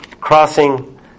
crossing